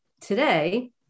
today